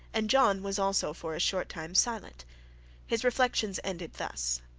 and john was also for a short time silent his reflections ended thus.